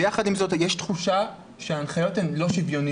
יחד עם זאת, יש תחושה שההנחיות לא שוויוניות.